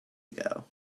ago